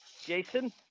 Jason